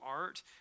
Art